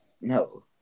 No